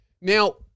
Now